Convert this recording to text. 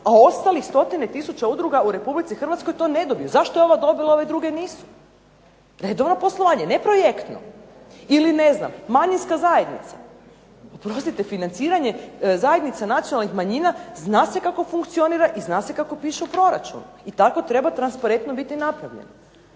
a ostalih 100 tisuća udruga u Republici Hrvatskoj to ne dobije, zašto je to ova dobila, druge nisu, redovno poslovanje, ne projektno. Ili ne znam manjinska zajednica. Oprostite financiranje zajednica nacionalnih manjina zna se kako funkcionira i zna se kako piše u proračunu i tako treba biti transparentno napravljeno.